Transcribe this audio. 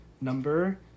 number